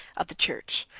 of the church.